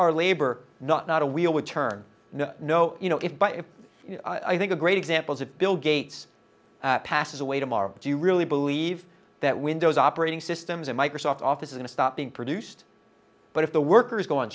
our labor not not a wheel would turn no no you know if by if i think a great examples of bill gates passes away tomorrow do you really believe that windows operating systems and microsoft office and stop being produced but if the workers go on